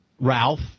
Ralph